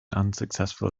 unsuccessful